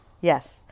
Yes